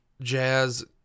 jazz